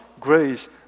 grace